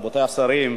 רבותי השרים,